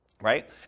Right